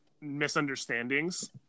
misunderstandings